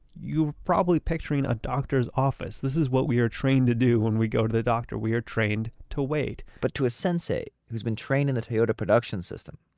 you're probably picturing a doctor's office. this is what we are trained to do when we go to the doctor. we are trained to wait but for a sensei, who's been trained in the toyota production system,